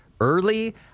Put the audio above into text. early